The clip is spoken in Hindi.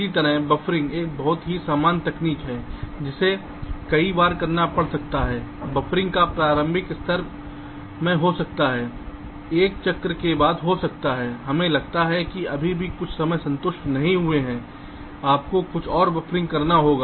इसी प्रकार बफरिंग एक बहुत ही सामान्य तकनीक है जिसे कई बार करना पड़ सकता है बफरिंग का प्रारंभिक स्तर मैं हो सकता है 1 चक्र के बाद हो सकता है हमें लगता है कि अभी भी कुछ समय संतुष्ट नहीं हुए हैं आपको कुछ और बफरिंग करना होगा